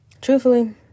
truthfully